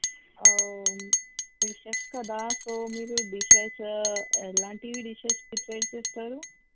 ఓ మీరు చెఫ్ కదా సో మీరు డిషెసు ఎలాంటివి డిషెస్ ప్రిపేర్ చేస్తారు